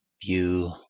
view